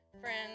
friends